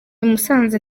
musanze